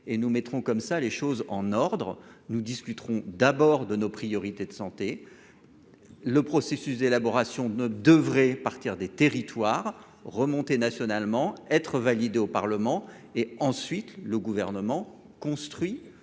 et nous mettrons comme ça les choses en ordre, nous discuterons d'abord de nos priorités de santé le processus d'élaboration ne devrait partir des territoires remonter nationalement être validé au Parlement et ensuite le gouvernement construit